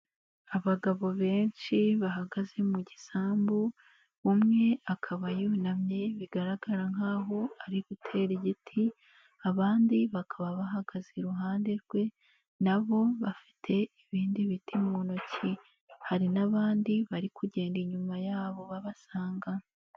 Abagabo benshi bahagaze mu gisambu umwe akaba yunamye bigaragara nkaho ari gutera igiti, abandi bakaba bahagaze iruhande rwe na bo bafite ibindi biti mu ntoki hari n'abandi bari kugenda inyuma yabo babasanga.